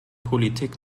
politik